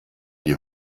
die